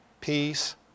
peace